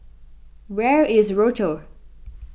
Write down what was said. where is Rochor